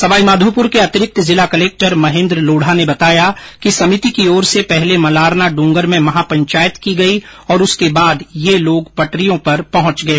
सवाईमाधोपुर के अतिरिक्त जिला कलेक्टर महेन्द्र लोढा ने बताया कि समिति की ओर से पहले मलारना ड्रंगर में महापंचायत की गई और उसके बाद ये लोग पटरियों पर पहुंच गए